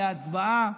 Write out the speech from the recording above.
להצבעה.